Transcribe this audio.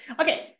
Okay